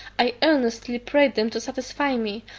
i earnestly prayed them to satisfy me,